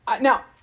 Now